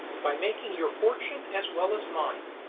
by making your fortune as well as mine.